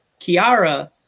Kiara